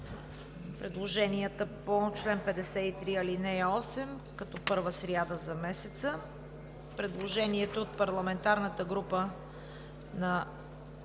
предложенията по чл. 53, ал. 8 като първа сряда за месеца. Предложението от парламентарната група на